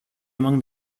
among